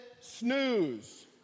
snooze